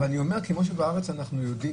אבל אני אומר שכמו שבארץ אנחנו יודעים